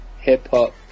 hip-hop